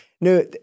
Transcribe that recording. No